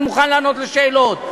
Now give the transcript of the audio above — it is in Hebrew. אני מוכן לענות על שאלות.